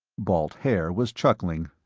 balt haer was chuckling.